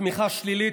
בצמיחה שלילית,